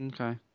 Okay